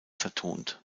vertont